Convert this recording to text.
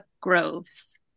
Groves